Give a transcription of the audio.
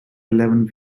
eleven